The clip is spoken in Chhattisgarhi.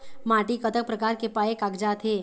माटी कतक प्रकार के पाये कागजात हे?